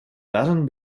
daran